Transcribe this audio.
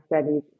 studies